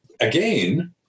Again